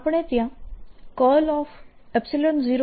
આપણે ત્યાં